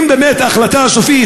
אם באמת ההחלטה הסופית,